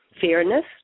fairness